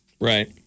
Right